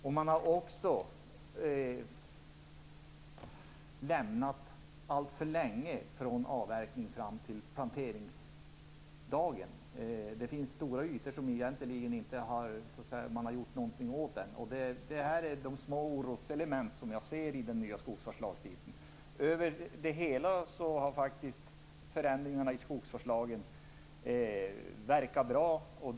Det har också dröjt alltför länge mellan avverkning och plantering. Det finns stora ytor som man ännu inte har åtgärdat. Detta är enligt min mening små oroselement i samband med tillämpningen av den nya skogsvårdslagstiftningen. Totalt sett har förändringarna i skogsvårdslagen varit gynnsamma.